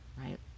right